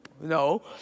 no